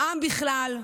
העם בכלל,